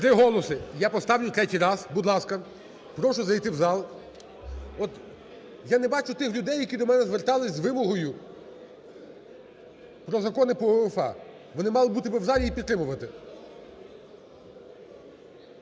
Три голоси. Я поставлю третій раз. Будь ласка, прошу зайти в зал. От я не бачу тих людей, які до мене зверталися з вимогою про закони по УЄФА. Вони мають бути в залі і підтримувати.